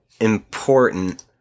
important